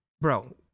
bro